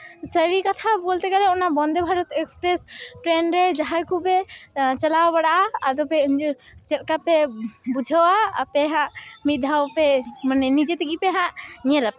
ᱥᱟᱹᱨᱤ ᱠᱟᱛᱷᱟ ᱵᱚᱞᱛᱮ ᱜᱮᱞᱮ ᱚᱱᱟ ᱵᱚᱱᱫᱮ ᱵᱷᱟᱨᱚᱛ ᱮᱠᱥᱯᱨᱮᱥ ᱴᱨᱮᱹᱱ ᱨᱮ ᱡᱟᱦᱟᱸᱭ ᱠᱚᱯᱮ ᱪᱟᱞᱟᱣ ᱵᱟᱲᱟᱜᱼᱟ ᱟᱫᱚ ᱯᱮ ᱪᱮᱫ ᱠᱟ ᱯᱮ ᱵᱩᱡᱷᱟᱹᱣᱟ ᱟᱯᱮ ᱦᱟᱸᱜ ᱢᱤᱫ ᱫᱷᱟᱣ ᱯᱮ ᱢᱟᱱᱮ ᱱᱤᱡᱮ ᱛᱮᱜᱮ ᱯᱮ ᱦᱟᱸᱜ ᱧᱮᱞ ᱟᱯᱮ